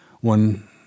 one